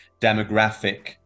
demographic